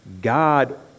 God